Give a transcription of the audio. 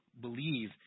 believe